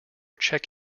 check